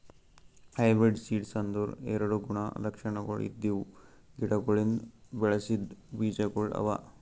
hybrid seeds ಅಂದುರ್ ಎರಡು ಗುಣ ಲಕ್ಷಣಗೊಳ್ ಇದ್ದಿವು ಗಿಡಗೊಳಿಂದ್ ಬೆಳಸಿದ್ ಬೀಜಗೊಳ್ ಅವಾ